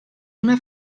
una